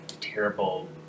terrible